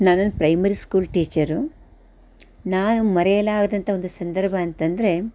ನಾನು ಒಂದು primary school teacher ನಾನು ಮರೆಯಲಾಗದಂತಹ ಒಂದು ಸಂದರ್ಭ ಅಂತಂದರೆ